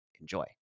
enjoy